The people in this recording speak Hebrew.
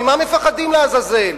ממה מפחדים לעזאזל?